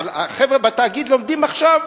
אבל החבר'ה בתאגיד לומדים עכשיו.